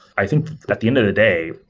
i think at the end of the day,